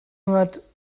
hundert